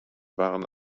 waren